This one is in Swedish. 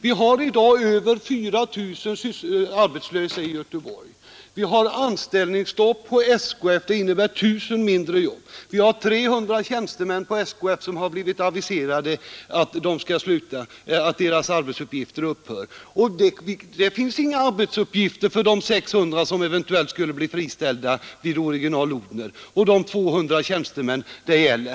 Vi har i dag över 4 000 arbetslösa i Göteborg. Vi har anställningsstopp vid SKF, som innebär ett bortfall på 1 000 jobb, och 300 tjänstemän på SKF har blivit aviserade om att deras arbetsuppgifter försvinner. Det finns inget arbete för de 600 som eventuellt blir friställda vid Original-Odhner och för de 300 tjänstemän jag nämnde.